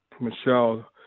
Michelle